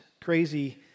crazy